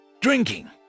Drinking